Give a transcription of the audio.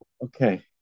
Okay